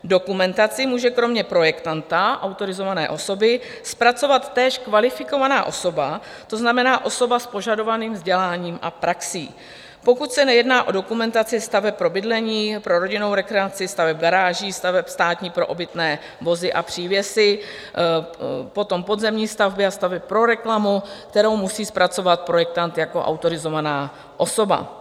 Dokumentaci může kromě projektanta, autorizované osoby, zpracovat též kvalifikovaná osoba, to znamená osoba s požadovaným vzděláním a praxí, pokud se nejedná o dokumentaci staveb pro bydlení, pro rodinnou rekreaci, staveb garáží, staveb stání pro obytné vozy a přívěsy, potom podzemních staveb a staveb pro reklamu, kterou musí zpracovat projektant jako autorizovaná osoba.